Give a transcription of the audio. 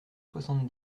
soixante